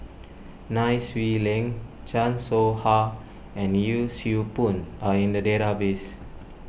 Nai Swee Leng Chan Soh Ha and Yee Siew Pun are in the database